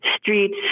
streets